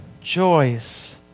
joys